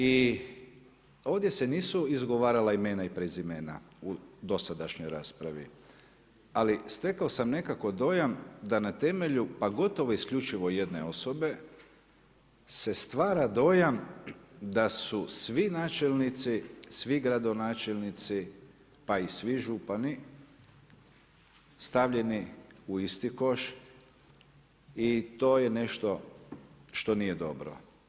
I ovdje se nisu izgovarala imena i prezimena u dosadašnjoj raspravi ali stekao sam nekako dojam da na temelju pa gotovo isključivo jedne osobe se stvara dojam da su svi načelnici, svi gradonačelnici pa i svi župani stavljeni u isti koš i to je nešto što nije dobro.